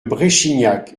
bréchignac